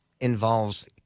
involves